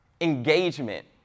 Engagement